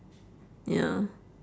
ya